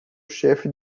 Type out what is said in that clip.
chefe